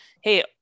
hey